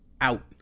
out